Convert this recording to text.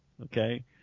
okay